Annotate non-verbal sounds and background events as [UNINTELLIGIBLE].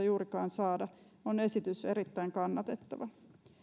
[UNINTELLIGIBLE] juurikaan saada on esitys erittäin kannatettava